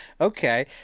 Okay